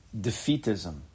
defeatism